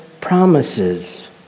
promises